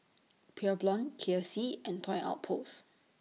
Pure Blonde K F C and Toy Outpost